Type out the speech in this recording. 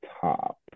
top